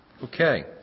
Okay